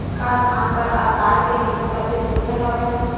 का धान बर आषाढ़ के महिना सबले सुघ्घर हवय?